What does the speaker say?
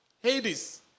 Hades